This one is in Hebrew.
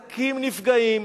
העסקים נפגעים,